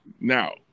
now